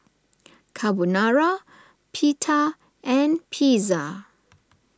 Carbonara Pita and Pizza